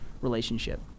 relationship